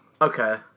Okay